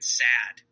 sad